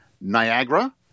Niagara